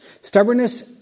Stubbornness